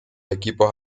equipos